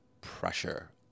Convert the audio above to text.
pressure